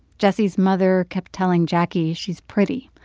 jessie's mother kept telling jacquie she's pretty.